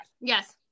Yes